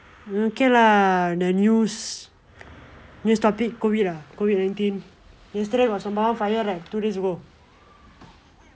okay lah the news news started COVID ah COVID nineteen yesterday was a wildfire right two days ago